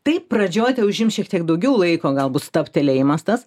taip pradžioj tai užims šiek tiek daugiau laiko galbūt stabtelėjimas tas